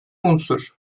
unsur